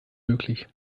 möglich